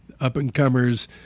up-and-comers